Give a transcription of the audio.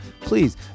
please